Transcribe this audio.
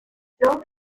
lors